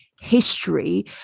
history